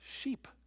Sheep